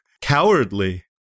cowardly